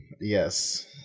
Yes